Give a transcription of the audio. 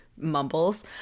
Mumbles